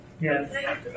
Yes